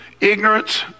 ignorance